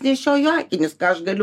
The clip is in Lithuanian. nešioju akinius ką aš galiu